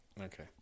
Okay